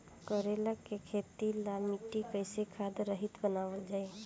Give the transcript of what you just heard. करेला के खेती ला मिट्टी कइसे खाद्य रहित बनावल जाई?